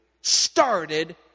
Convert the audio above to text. started